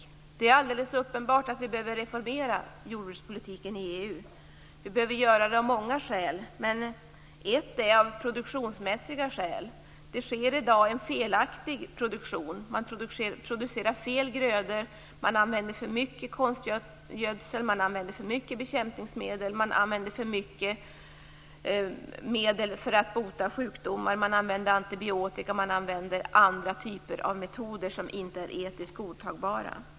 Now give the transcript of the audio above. Det är alldeles uppenbart att vi behöver reformera jordbrukspolitiken i EU. Det behöver vi göra av många skäl, bl.a. av produktionsmässiga skäl. I dag sker nämligen en felaktig produktion. Fel grödor produceras och man använder för mycket konstgödsel, bekämpningsmedel och medel för att bota sjukdomar. Det gäller då antibiotika och andra typer av metoder som inte är etiskt godtagbara.